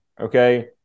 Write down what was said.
Okay